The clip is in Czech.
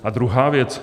A druhá věc.